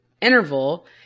interval